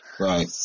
Right